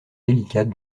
délicate